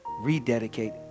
rededicate